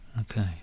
Okay